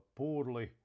poorly